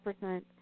percent